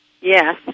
Yes